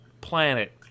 planet